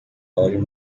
óleo